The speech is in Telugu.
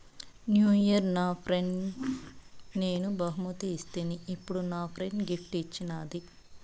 న్యూ ఇయిర్ నా ఫ్రెండ్కి నేను బహుమతి ఇస్తిని, ఇప్పుడు నా ఫ్రెండ్ గిఫ్ట్ ఇచ్చిన్నాది